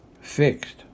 fixed